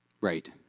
Right